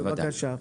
בבקשה.